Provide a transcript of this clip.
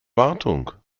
wartung